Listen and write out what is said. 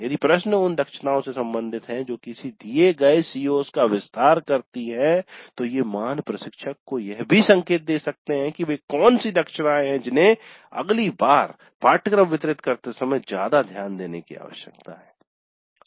यदि प्रश्न उन दक्षताओं से संबंधित हैं जो किसी दिए गए CO's का विस्तार करती हैं तो ये मान प्रशिक्षक को यह भी संकेत दे सकते हैं कि वे कौन सी दक्षताएं हैं जिन्हें अगली बार पाठ्यक्रम वितरित करते समय ज्यादा ध्यान देने की आवश्यकता है